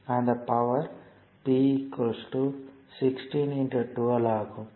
அந்த பவர்யை P 16 12 ஆகும்